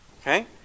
Okay